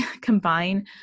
combine